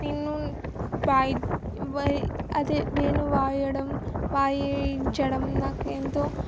నేను వాయి అదే వేణువు వాయడం వాయిం చడం నాకు ఎంతో